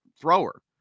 thrower